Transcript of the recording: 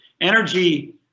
energy